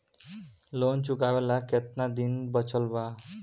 Loan चुकावे ला कितना दिन बचल बा?